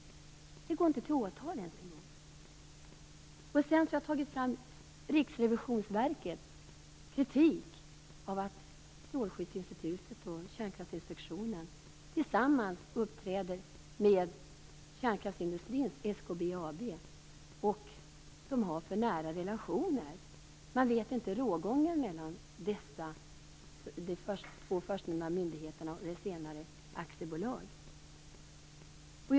Det går inte ens till åtal! Jag har tagit fram Riksrevisionsverkets kritik av att Strålskyddsinstitutet och Kärnkraftsinspektionen uppträder tillsammans med kärnkraftsindustrin, SKB AB. De har för nära relationer. Man vet inte rågången mellan de två förstnämnda myndigheterna och aktiebolaget.